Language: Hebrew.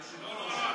היושב-ראש,